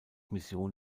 mission